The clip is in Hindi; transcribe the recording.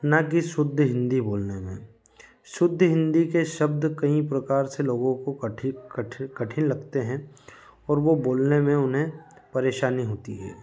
न कि शुद्ध हिंदी बोलने में शुद्ध हिंदी के शब्द कहीं प्रकार से लोगों को कठिक कठि कठिन लगते हैं और वो बोलने में उन्हें परेशानी होती है